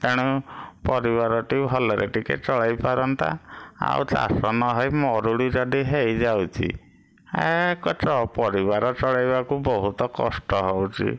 ତେଣୁ ପରିବାର ଟିକିଏ ଭଲରେ ଟିକିଏ ଚଳାଇ ପାରନ୍ତା ଆଉ ଚାଷ ନହେଇ ମରୁଡ଼ି ଯଦି ହେଇଯାଉଛି ପରିବାର ଚଳାଇବାକୁ ବହୁତ କଷ୍ଟ ହେଉଛି